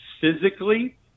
physically